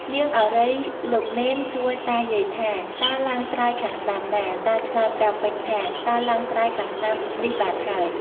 នាងឱរ៉ៃលោកនេន សួរតាយាយថា " តាឡើងត្រើយខាងស្តាំណា?" ។ តាឆ្លើយ ប្រាប់វិញថា " តាឡើងត្រើយខាងស្តាំនេះបានហើយ" ។